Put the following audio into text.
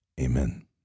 Amen